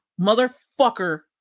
motherfucker